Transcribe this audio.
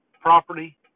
property